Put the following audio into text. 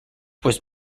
was